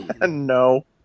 No